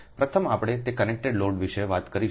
પ્રથમ આપણે તે કનેક્ટેડ લોડ વિશે વાત કરીશું